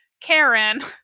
karen